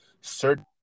certain